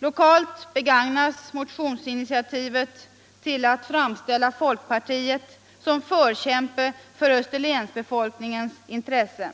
Lokalt begagnas motionsinitiativet till att framställa folkpartiet som förkämpe för Österlenbefolkningens intressen.